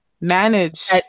manage